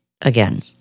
again